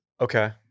Okay